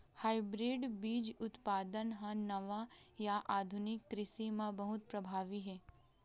hybrid बीज उत्पादन हा नवा या आधुनिक कृषि मा बहुत प्रभावी हे